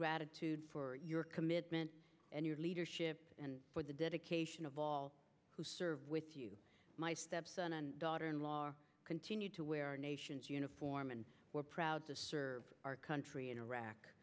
gratitude for your commitment and your leadership and for the dedication of all who serve with you my stepson and daughter in law continued to wear our nation's uniform and we're proud to serve our country in iraq